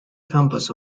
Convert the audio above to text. campus